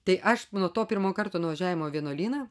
tai aš nuo to pirmo karto nuvažiavimo į vienuolyną